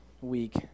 week